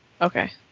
Okay